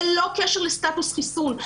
ללא קשר לסטטוס חיסון.